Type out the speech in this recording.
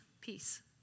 peace